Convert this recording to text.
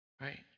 Right